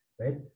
right